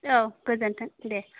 औ गोजोन्थों दे